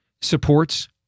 supports